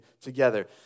together